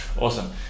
awesome